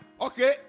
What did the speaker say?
okay